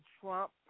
Trump